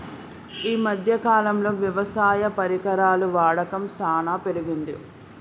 ఈ మధ్య కాలం లో వ్యవసాయ పరికరాల వాడకం చానా పెరిగింది